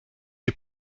die